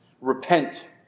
Repent